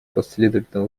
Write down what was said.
последовательно